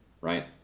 Right